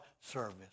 service